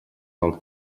del